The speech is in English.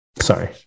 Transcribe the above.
Sorry